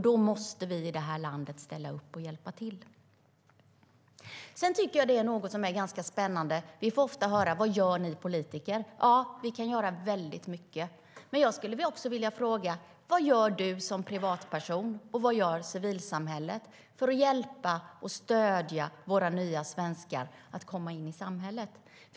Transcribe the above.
Då måste vi i det här landet ställa upp och hjälpa till. Vi får ofta höra frågan: Vad gör ni politiker? Ja, vi kan göra väldigt mycket. Men jag skulle också vilja fråga: Vad gör du som privatperson, och vad gör civilsamhället för att hjälpa och stödja våra nya svenskar att komma in i samhället?